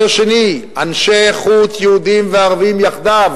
השני אנשי איכות יהודים וערבים יחדיו,